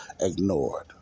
ignored